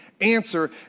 answer